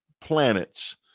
planets